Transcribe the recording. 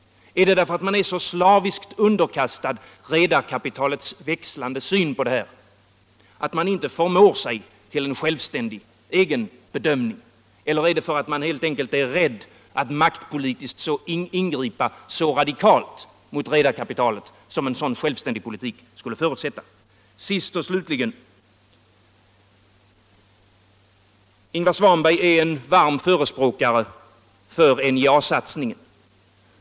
Är det därför att man är så slaviskt underkastad redarkapitalets växlande syn att man inte förmår sig till en självständig bedömning? Eller är man helt enkelt rädd för ett så radikalt maktpolitiskt ingripande mot redarkapitalet som en självständig politik skulle förutsätta? Sist och slutligen: Ingvar Svanberg är en varm förespråkare för NJA satsningen.